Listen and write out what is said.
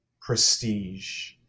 prestige